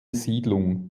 siedlung